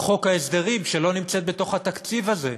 חוק ההסדרים, שאינה נמצאת בתוך התקציב הזה.